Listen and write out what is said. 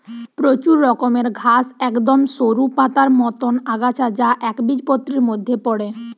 প্রচুর রকমের ঘাস একদম সরু পাতার মতন আগাছা যা একবীজপত্রীর মধ্যে পড়ে